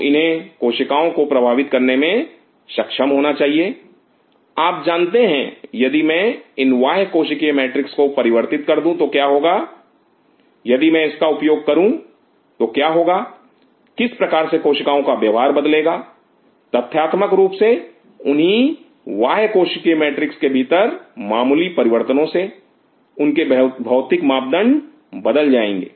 तो इन्हें कोशिकाओं को प्रभावित करने में सक्षम होना चाहिए आप जानते हैं यदि मैं इन बाह्य कोशिकीय मैट्रिक्स को परिवर्तित कर दूं तो क्या होगा यदि मैं इसका उपयोग करूं तो क्या होगा किस प्रकार से कोशिकाओं का व्यवहार बदलेगा तथ्यात्मक रूप से उन्हीं बाह्य कोशिकीय मैट्रिक्स के भीतर मामूली से परिवर्तनो से उनके भौतिक मापदंड बदल जाएंगे